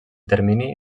termini